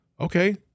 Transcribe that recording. Okay